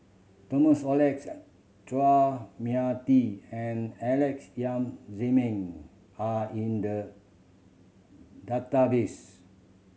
Thomas Oxley and Chua Mia Tee and Alex Yam Ziming are in the database